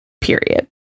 period